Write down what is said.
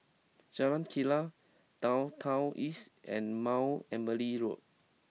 Jalan Kilang Downtown East and Mount Emily Road